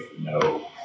no